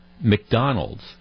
McDonald's